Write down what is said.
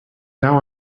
now